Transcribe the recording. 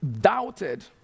doubted